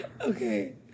Okay